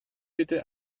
bitte